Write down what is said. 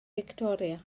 fictoria